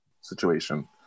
situation